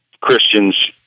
Christians